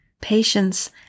patience